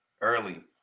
Early